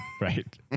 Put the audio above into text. right